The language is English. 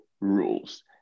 rules